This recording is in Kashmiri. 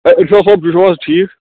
ہے اِرشاد صٲب تُہۍ چھُو حظ ٹھیٖک